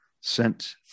sent